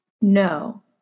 No